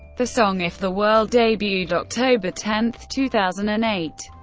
the song if the world debuted october ten, two thousand and eight,